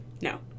No